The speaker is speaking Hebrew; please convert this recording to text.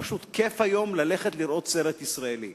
פשוט כיף היום ללכת לראות סרט ישראלי.